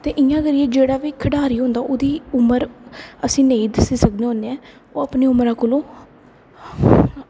ते इंया गै जेह्ड़ा खढ़ारी होंदा ओह्दी उमर असी नेईं दस्सी सकने आं ओह् अपनी उमर कोला